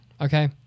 Okay